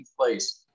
place